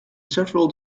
several